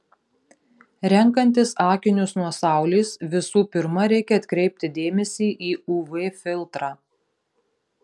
renkantis akinius nuo saulės visų pirma reikia atkreipti dėmesį į uv filtrą